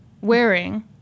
wearing